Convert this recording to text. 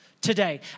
today